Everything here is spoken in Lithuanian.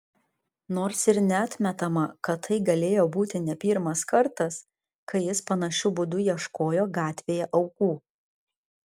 nors ir neatmetama kad tai galėjo būti ne pirmas kartas kai jis panašiu būdu ieškojo gatvėje aukų